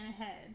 ahead